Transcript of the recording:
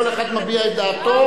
כל אחד מביע את דעתו.